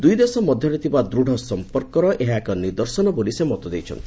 ଦୁଇଦେଶ ମଧ୍ୟରେ ଥିବା ଦୃଢ଼ ସଂପର୍କର ଏହା ଏକ ନିଦର୍ଶନ ବୋଲି ସେ ମତ ଦେଇଛନ୍ତି